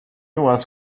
was